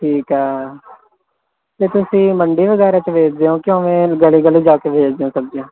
ਠੀਕ ਹੈ ਅਤੇ ਤੁਸੀਂ ਮੰਡੀ ਵਗੈਰਾ 'ਚ ਵੇਚਦੇ ਹੋ ਕਿ ਉਵੇਂ ਗਲੀ ਗਲੀ ਜਾ ਕੇ ਵੇਚਦੇ ਹੋ ਸਬਜ਼ੀਆਂ